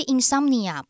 Insomnia